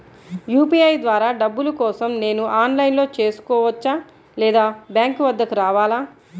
UPI ద్వారా డబ్బులు కోసం నేను ఆన్లైన్లో చేసుకోవచ్చా? లేదా బ్యాంక్ వద్దకు రావాలా?